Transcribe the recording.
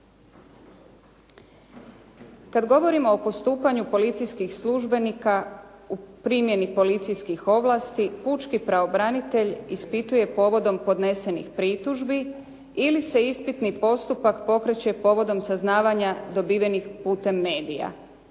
Kad govorimo o postupanju policijskih službenika u primjeni policijskih ovlasti pučki pravobranitelj ispituje povodom podnesenih pritužbi ili se ispitni postupak pokreće povodom saznavanja dobivenih putem medija.